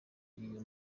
iyo